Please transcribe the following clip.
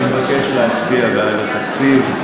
אני מבקש להצביע בעד התקציב.